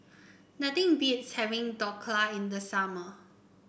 nothing beats having Dhokla in the summer